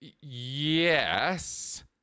Yes